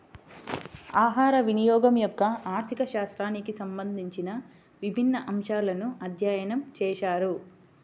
ఆహారవినియోగం యొక్క ఆర్థిక శాస్త్రానికి సంబంధించిన విభిన్న అంశాలను అధ్యయనం చేశారు